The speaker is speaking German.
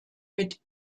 mit